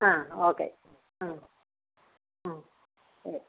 ആ ഓക്കെ ആ ആ ശരി